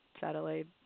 satellite